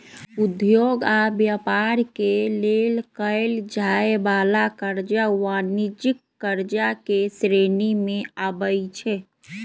उद्योग आऽ व्यापार के लेल कएल जाय वला करजा वाणिज्यिक करजा के श्रेणी में आबइ छै